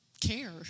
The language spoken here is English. care